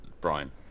Brian